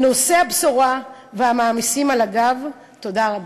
נושאי הבשורה והמעמיסים על הגב, תודה רבה.